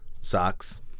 socks